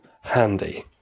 handy